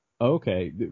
Okay